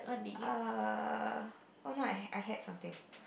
err oh no I had I had something